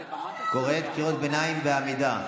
את קוראת קריאות ביניים בעמידה.